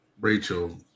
rachel